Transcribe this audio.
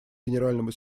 генеральному